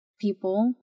people